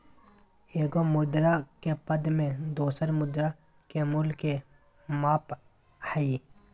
एगो मुद्रा के पद में दोसर मुद्रा के मूल्य के माप हइ